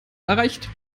erreicht